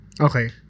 Okay